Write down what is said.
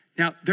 Now